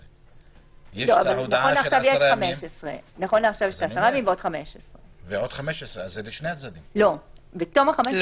נכון לעכשיו יש 10 ימים ועוד 15. בתום ה-15